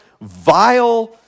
vile